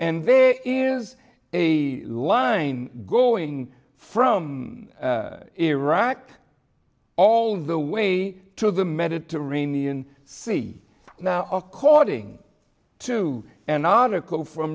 and there is a line growing from iraq all the way to the mediterranean sea now according to an article from